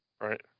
Right